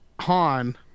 Han